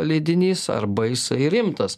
leidinys arba jisai rimtas